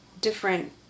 different